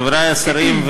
חברי השרים,